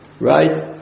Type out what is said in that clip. right